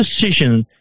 decision